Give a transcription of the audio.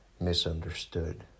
misunderstood